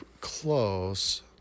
close